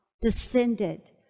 descended